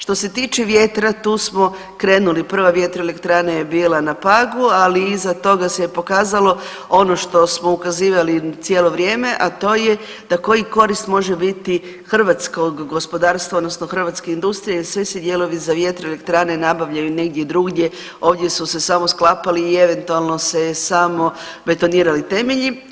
Što se tiče vjetra tu smo krenuli prva vjetroelektrana je bila na Pagu, ali iza toga se pokazalo ono što smo ukazivali cijelo vrijeme, a to je da koja korist može biti hrvatskog gospodarstva odnosno hrvatske industrije, jer svi se dijelovi za vjetroelektrane nabavljaju negdje drugdje, ovdje su se samo sklapali i eventualno se samo betonirali temelji.